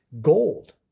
gold